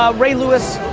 um ray lewis,